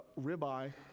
ribeye